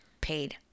paid